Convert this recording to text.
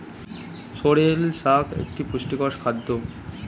sorrel শাক একটি পুষ্টিকর খাদ্য